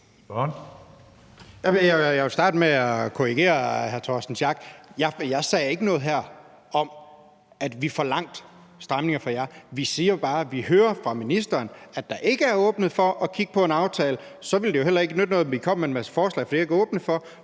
Jeg vil starte med at korrigere hr. Torsten Schack Pedersen. Jeg sagde ikke noget her om, at vi forlangte stramninger fra jer. Vi siger jo bare, at vi hører fra ministeren, at der ikke er åbnet for at kigge på en aftale. Så ville det jo heller ikke nytte noget, at vi kom med en masse forslag, for det er der ikke åbnet for.